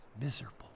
miserable